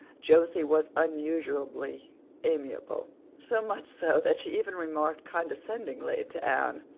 josie was unusually amiable so much so that she even remarked condescendingly to anne,